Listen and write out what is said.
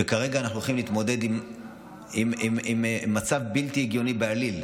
וכרגע אנחנו הולכים להתמודד עם מצב בלתי הגיוני בעליל,